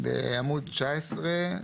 עמוד 19,